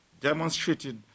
demonstrated